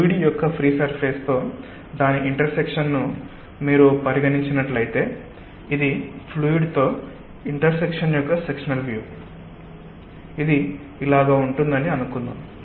fluid యొక్క free surface తో దాని ఇంటర్సెక్షన్ ను మీరు పరిగణించినట్లయితే ఇది ఫ్లూయిడ్ తో ఇంటర్సెక్షన్ యొక్క సెక్షనల్ వ్యూ ఇది ఇలాగా ఉంటుందని అనుకుందాం